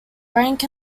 rank